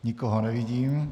Nikoho nevidím.